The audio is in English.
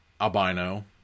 albino